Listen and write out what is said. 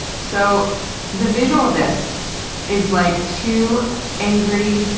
so the visual of this is like two angry,